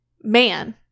man